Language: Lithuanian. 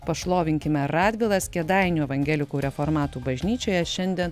pašlovinkime radvilas kėdainių evangelikų reformatų bažnyčioje šiandien